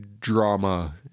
drama